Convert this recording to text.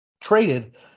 traded